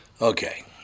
Okay